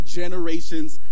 generations